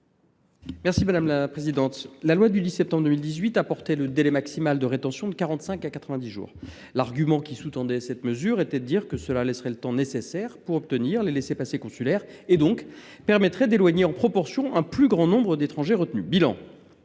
M. Jérôme Durain. La loi du 10 septembre 2018 a porté le délai maximal de rétention de quarante cinq à quatre vingt dix jours. L’argument qui sous tendait cette mesure était de dire que cela laisserait le temps nécessaire pour obtenir les laissez passer consulaires et donc permettrait d’éloigner en proportion un plus grand nombre d’étrangers retenus. Bilan